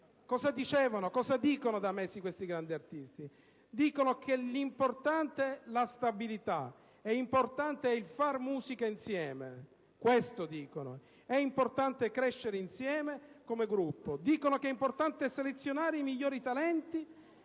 Luca Ronconi. Cosa dicono da mesi questi grandi artisti? Dicono che è importante la stabilità; è importante il far musica insieme; è importante crescere insieme come gruppo. Dicono che è importante selezionare i migliori talenti